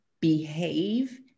behave